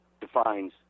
defines